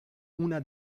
una